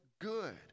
good